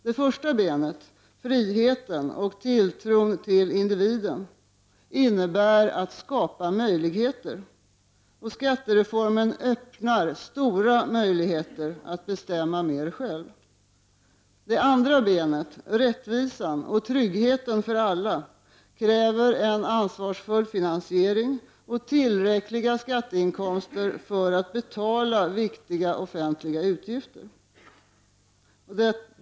Det första benet — friheten och tilltron till individen — innebär att skapa möjligheter. Skattereformen öppnar stora möjligheter att bestämma mer själv. Det andra benet — rättvisan och tryggheten för alla — kräver en ansvarsfull finansiering och tillräckliga skatteinkomster för att betala viktiga offentliga utgifter.